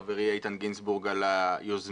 חברי איתן גינזבורג על היוזמה.